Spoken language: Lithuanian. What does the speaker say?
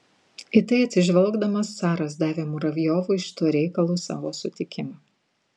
į tai atsižvelgdamas caras davė muravjovui šituo reikalu savo sutikimą